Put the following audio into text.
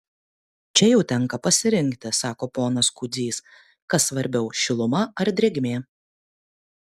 čia jau tenka pasirinkti sako ponas kudzys kas svarbiau šiluma ar drėgmė